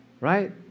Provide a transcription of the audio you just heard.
right